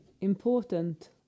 important